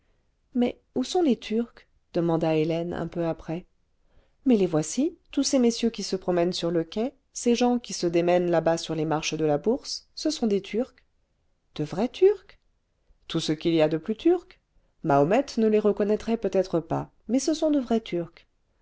mais où sont les turcs demanda hélène un peu après mais les voici tous ces messieurs qui se promènent sur le quai ces gens qui se démènent là-bas sur les marches de la bourse ce sont des turcs de vrais turcs tout ce qu'il y a de plus lurcs mahomet ne rjn ministre cosaque les reconnaîtrait peut-être pas mais ce sont de vrais turcs